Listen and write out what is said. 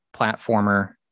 platformer